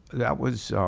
that was,